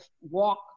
walk